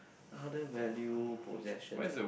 other valued procession ah